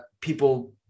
people